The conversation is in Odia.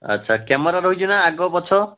ଆଚ୍ଛା କ୍ୟାମେରା ରହିଛି ନା ଆଗ ପଛ